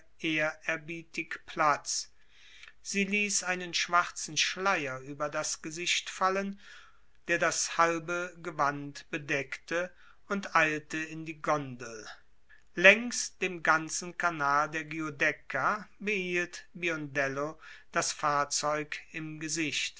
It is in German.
platz sie ließ einen schwarzen schleier über das gesicht fallen der das halbe gewand bedeckte und eilte in die gondel längs dem ganzen kanal der giudecca behielt biondello das fahrzeug im gesicht